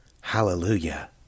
Hallelujah